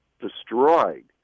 destroyed